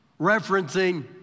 Referencing